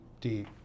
deep